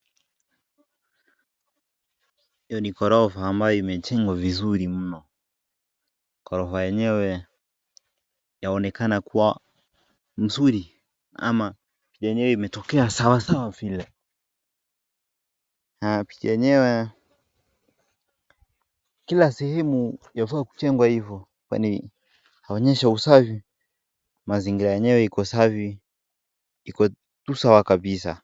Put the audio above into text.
Hii ni ghorofa ambayo imejengwa vizuri mno. Ghorofa yenyewe yaonekana kuwa mzuri ama yenyewe imetokea sawasawa vile. Picha yenyewe, kila sehemu yafaa kujengwe hivo kwani yaonyesha usafi, mazingira yenyewe iko safi, iko tu sawa kabisa.